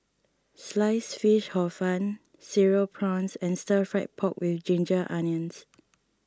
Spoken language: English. Sliced Fish Hor Fun Cereal Prawns and Stir Fried Pork with Ginger Onions